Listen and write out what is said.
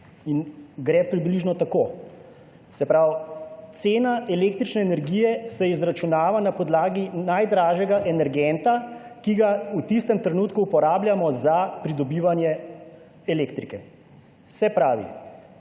in gre približno tako, se pravi, cena električne energije se izračunava na podlagi najdražjega energenta, ki ga v tistem trenutku uporabljamo za pridobivanje elektrike. Se pravi,